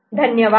धन्यवाद